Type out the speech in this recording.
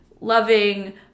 loving